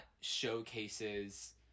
showcases